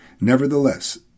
Nevertheless